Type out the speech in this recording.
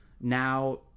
now